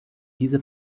diese